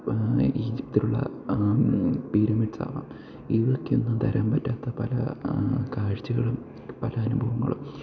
ഈജിപ്ത്തിലുള്ള pyramids ആകാം ഇവയ്ക്കൊന്നും തരാൻ പറ്റാത്ത പല കാഴ്ചകളും പല അനുഭവങ്ങളും